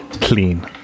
clean